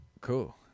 Cool